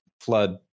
flood